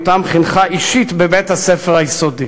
שאותם חינכה אישית בבית-הספר היסודי.